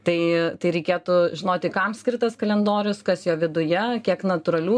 tai tai reikėtų žinoti kam skirtas kalendorius kas jo viduje kiek natūralių